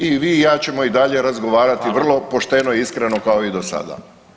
I vi i ja ćemo i dalje razgovarati vrlo pošteno i iskreno kao i do sada.